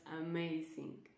amazing